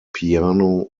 piano